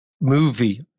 movie